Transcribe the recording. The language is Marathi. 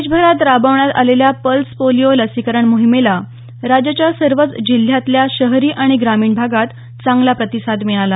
देशभरात राबवण्यात आलेल्या पल्स पोलिओ लसीकरण मोहिमेला राज्याच्या सर्वच जिल्ह्यांतल्या शहरी आणि ग्रामीण भागात चांगला प्रतिसाद मिळाला